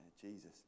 Jesus